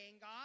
God